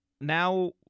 now